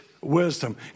wisdom